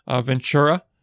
Ventura